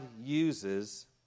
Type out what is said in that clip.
uses